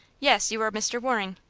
yes you are mr. waring.